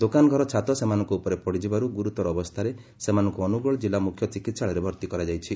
ଦୋକାନ ଘର ଛାତ ସେମାନଙ୍କ ଉପରେ ପଡ଼ିଯିବାରୁ ଗୁରୁତର ଅବସ୍ଚାରେ ସେମାନଙ୍କୁ ଅନୁଗୁଳ କିଲ୍ଲା ମୁଖ୍ୟ ଚିକିହାଳୟରେ ଭର୍ତି କରାଯାଇଛି